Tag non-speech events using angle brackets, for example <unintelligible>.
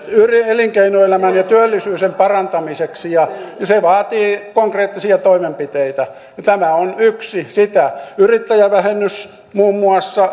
elinkeinoelämän ja työllisyyden parantamiseksi se vaatii konkreettisia toimenpiteitä ja tämä on yksi niistä yrittäjävähennys muun muassa <unintelligible>